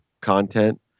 content